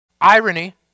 Irony